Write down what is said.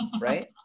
right